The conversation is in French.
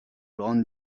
grande